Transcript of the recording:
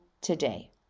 today